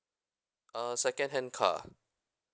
uh second hand car